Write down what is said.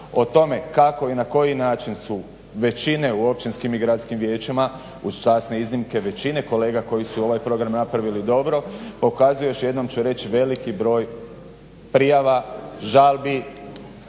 O tome kako i na koji način su većine u općinskim i gradskim vijećima uz časne iznimke, većine kolega koji su ovaj program napravili dobro pokazuje još jednom ću reći veliki broj prijava, žalbi